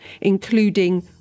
including